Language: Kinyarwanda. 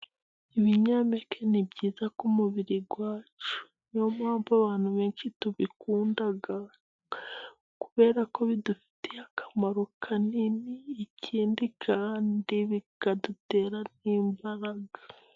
Ibinyampeke ni byiza k'umubiri wacu ,niyo mpamvu abantu benshi tubikunda, kubera ko bidufitiye akamaro kanini, ikindi kandi bikadutera n'imbaraga.